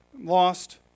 lost